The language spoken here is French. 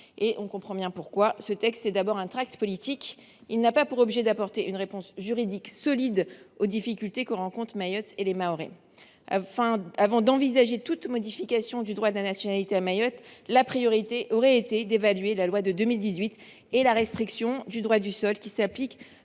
et nous comprenons bien pourquoi : ce texte est d’abord un tract politique ! Il n’a pas pour objet d’apporter une réponse juridique solide aux difficultés que rencontrent Mayotte et les Mahorais. Avant d’envisager toute modification du droit de la nationalité à Mayotte, la priorité aurait été d’évaluer la loi de 2018 et la restriction du droit du sol qui s’applique